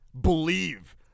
believe